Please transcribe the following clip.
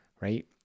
right